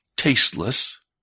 Tasteless